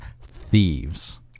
thieves